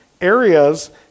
areas